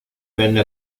venne